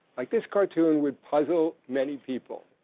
like, this cartoon would puzzle many people.